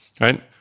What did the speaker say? Right